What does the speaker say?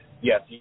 yes